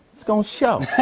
it's gonna show.